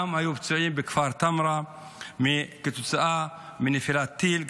היו גם פצועים בכפר טמרה כתוצאה מנפילת טיל.